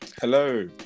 Hello